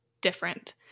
different